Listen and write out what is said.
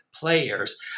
players